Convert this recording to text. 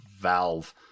valve